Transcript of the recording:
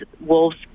wolves